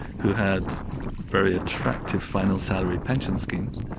who had very attractive final salary pension schemes,